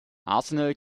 arsenal